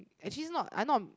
actually is not I not